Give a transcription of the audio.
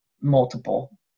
multiple